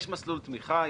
יש מסלול תמיכה,